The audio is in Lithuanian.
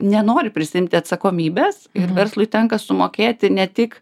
nenori prisiimti atsakomybės ir verslui tenka sumokėti ne tik